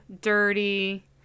dirty